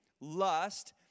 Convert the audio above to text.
lust